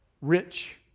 rich